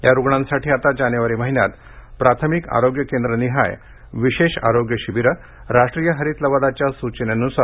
या रुग्णांसाठी आता जानेवारी महिन्यात प्राथमिक आरोग्य केंद्रनिहाय विशेष आरोग्य शिबिरं राष्ट्रीय हरित लवादाच्या सूचनेनुसार आयोजित करण्यात येतील